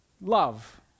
love